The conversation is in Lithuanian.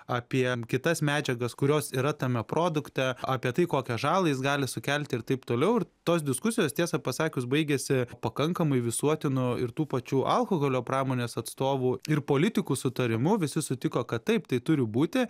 apie kitas medžiagas kurios yra tame produkte apie tai kokią žalą jis gali sukelti ir taip toliau ir tos diskusijos tiesą pasakius baigėsi pakankamai visuotinu ir tų pačių alkoholio pramonės atstovų ir politikų sutarimu visi sutiko kad taip tai turi būti